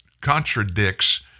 contradicts